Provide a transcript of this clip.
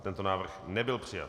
Tento návrh nebyl přijat.